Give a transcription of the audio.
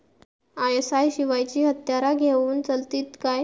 ISI शिवायची हत्यारा घेऊन चलतीत काय?